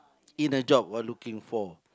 in a job I looking for